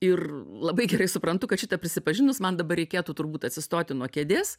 ir labai gerai suprantu kad šita prisipažinus man dabar reikėtų turbūt atsistoti nuo kėdės